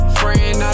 friend